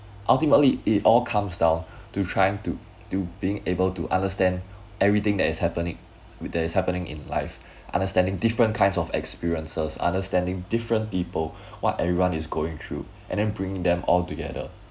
ultimately it all comes down to trying to do being able to understand everything that is happening with that is happening in life understanding different kinds of experiences understanding different people what everyone is going through and then bring them altogether